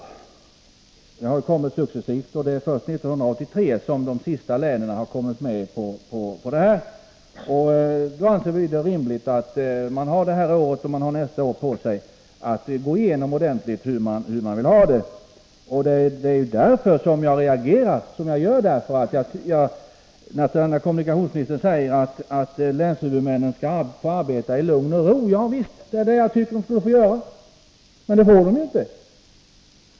Utbyggnaden har skett successivt, och det är först under 1983 som de sista länen har kommit med. Mot den bakgrunden anser vi det rimligt att man har detta år och nästa år på sig att ordentligt gå igenom hur man vill ha det. Det är också därför som jag reagerar när kommunikationsministern säger att länshuvudmännen skall få arbeta i lugn och ro. Ja visst, det är det som jag tycker att de skall få göra, men det får de ju inte.